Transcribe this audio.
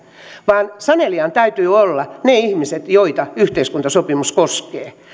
vaan sanelijan täytyy olla ne ihmiset joita yhteiskuntasopimus koskee